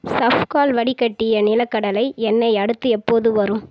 ஸஃப்கால் வடிக்கட்டிய நிலக்கடலை எண்ணெய் அடுத்து எப்போது வரும்